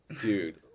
dude